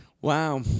Wow